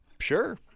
sure